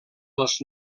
els